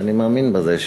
ואני מאמין בזה,